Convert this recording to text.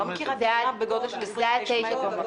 אני לא מכירה דירה של 29 מטר.